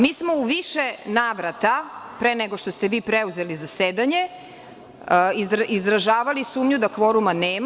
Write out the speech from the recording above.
Mi smo u više navrata, pre nego što ste preuzeli zasedanje izražavali sumnju da kvoruma nema.